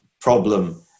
problem